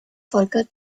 volker